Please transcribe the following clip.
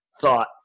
thought